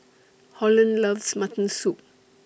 Holland loves Mutton Soup